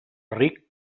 ric